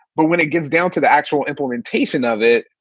but when it gets down to the actual implementation of it,